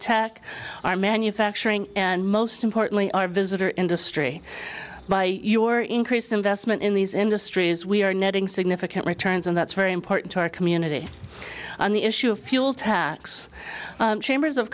tech our manufacturing and most importantly our visitor industry by your increased investment in these industries we are netting significant returns and that's very important to our community on the issue of fuel tax chambers of